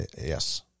Yes